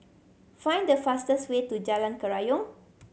find the fastest way to Jalan Kerayong